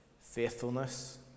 faithfulness